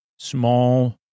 Small